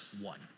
one